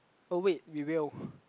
oh wait we will